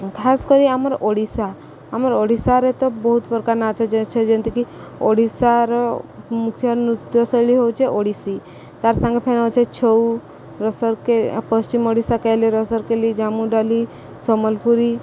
ଖାସ୍ କରି ଆମର ଓଡ଼ିଶା ଆମର ଓଡ଼ିଶାରେ ତ ବହୁତ ପ୍ରକାର ନାଚ ଯେମିତିକି ଓଡ଼ିଶାର ମୁଖ୍ୟ ନୃତ୍ୟଶୈଳୀ ହଉଛେ ଓଡ଼ିଶୀ ତାର୍ ସାଙ୍ଗ ଫେନା ହଉଛେ ଛଉ ରସର୍କଲି ପଶ୍ଚିମ ଓଡ଼ିଶା କେଲି ରସର୍କଲି ଜାମୁଡାଲି ସମ୍ବଲପୁରୀ